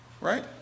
Right